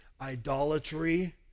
idolatry